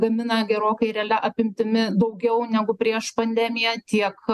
gamina gerokai realia apimtimi daugiau negu prieš pandemiją tiek